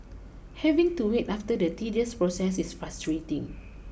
having to wait after the tedious process is frustrating